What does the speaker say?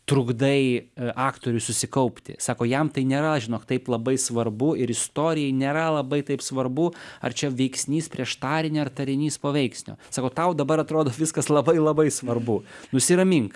trukdai aktoriui susikaupti sako jam tai nėra žinok taip labai svarbu ir istorijai nėra labai taip svarbu ar čia veiksnys prieš tarinį ar tarinys po veiksnio sako tau dabar atrodo viskas labai labai svarbu nusiramink